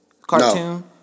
Cartoon